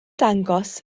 dangos